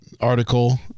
Article